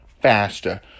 faster